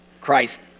Christ